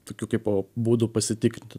tokių kaipo būdų pasitikrinti